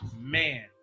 Man